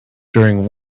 during